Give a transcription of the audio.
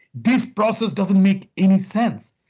this process doesn't make any sense.